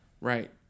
Right